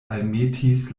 almetis